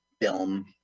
film